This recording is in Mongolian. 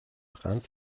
ганц